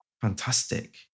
fantastic